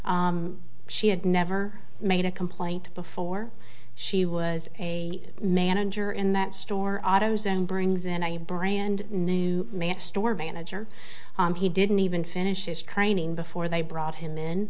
years she had never made a complaint before she was a manager in that store auto zone brings in a brand new man store manager he didn't even finish his training before they brought him in